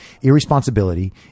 irresponsibility